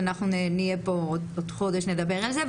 שאנחנו בעוד חודש נדבר על זה.